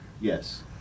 Yes